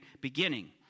beginning